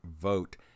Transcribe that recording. vote